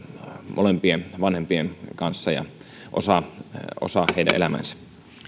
molempien vanhempien kanssa ja osa osa heidän elämäänsä